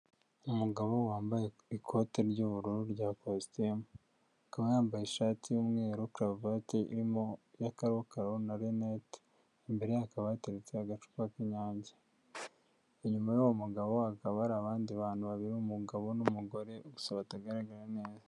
Umugabo wambaye ikote ry'ubururu rya kositimu, akaba yambaye ishati y'umweru karuvati ya kakaro na renete, imbere akaba yateretse agacupa k'inyange, inyuma y'uwo mugabo hakaba hari abandi bantu babiri umugabo n'umugore, gusa batagaragara neza.